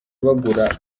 bagura